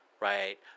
right